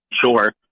sure